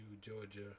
Georgia